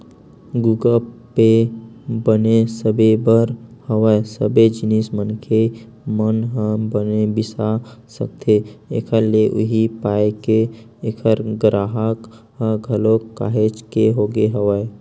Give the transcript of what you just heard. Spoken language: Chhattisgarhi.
गुगप पे बने सबे बर हवय सबे जिनिस मनखे मन ह बने बिसा सकथे एखर ले उहीं पाय के ऐखर गराहक ह घलोक काहेच के होगे हवय